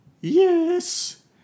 Yes